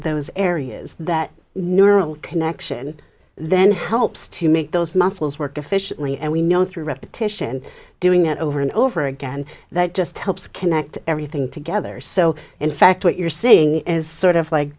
those areas that neural connection then helps to make those muscles work efficiently and we know through repetition doing it over and over again that just helps connect everything together so in fact what you're seeing is sort of like